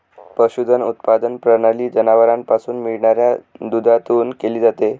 पशुधन उत्पादन प्रणाली जनावरांपासून मिळणाऱ्या दुधातून केली जाते